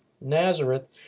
Nazareth